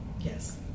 Yes